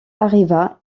arriva